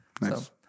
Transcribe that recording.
Nice